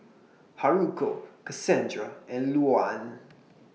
Haruko Cassandra and Louann